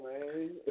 man